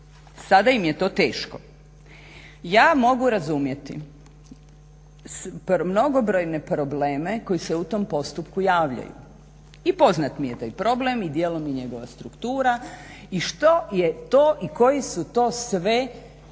Sada im je to teško. Ja mogu razumjeti mnogobrojne probleme koji se u tom postupku javljaju i poznat mi je taj problem i dijelom i njegova struktura i što je to i koji su to sve prepreke